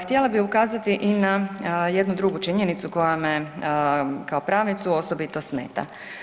Htjela bi ukazati i na jednu drugu činjenicu koja me kao pravnicu osobito smeta.